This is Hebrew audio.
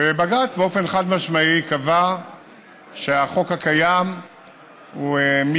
בג"ץ קבע באופן חד-משמעי שהחוק הקיים מתממש,